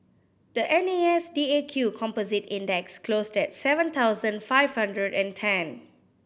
the N A S D A Q Composite Index closed at seven thousand five hundred and ten